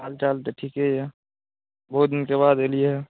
हाल चाल तऽ ठीके यए बहुत दिनके बाद एलियैए